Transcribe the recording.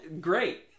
great